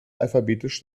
alphabetisch